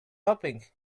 hoping